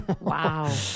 Wow